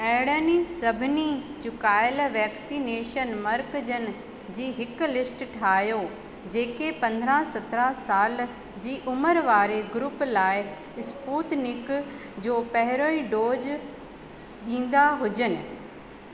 अहिड़नि सभिनी चुकायल वैक्सनेशन मर्कज़नि जी हिक लिस्ट ठाहियो जेके पंद्रहं सत्रहं साल जी उमिरि वारे ग्रूप लाइ स्पूतनिक जो पहिरियों डोज़ ॾींदा हुजनि